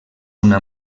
una